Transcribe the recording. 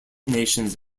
nations